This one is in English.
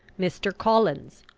mr. collins,